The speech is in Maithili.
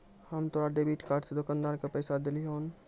हम तोरा डेबिट कार्ड से दुकानदार के पैसा देलिहों